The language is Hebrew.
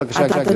בבקשה, גברתי.